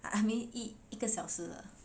I mean 一一个小时了